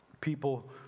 people